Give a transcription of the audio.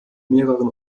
mehreren